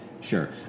sure